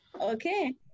Okay